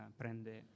prende